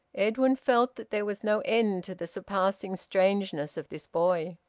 edwin felt that there was no end to the surpassing strangeness of this boy.